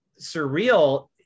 surreal